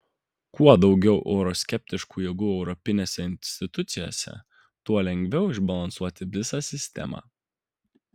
kuo daugiau euroskeptiškų jėgų europinėse institucijose tuo lengviau išbalansuoti visą sistemą